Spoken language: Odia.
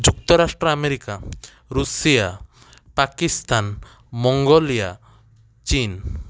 ଯୁକ୍ତରାଷ୍ଟ୍ର ଆମେରିକା ରୁସିଆ ପାକିସ୍ତାନ ମଙ୍ଗୋଲିଆ ଚୀନ